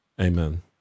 Amen